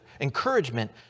encouragement